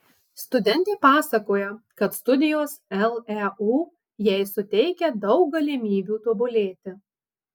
studentė pasakoja kad studijos leu jai suteikia daug galimybių tobulėti